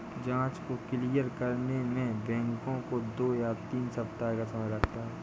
जाँच को क्लियर करने में बैंकों को दो या तीन सप्ताह का समय लगता है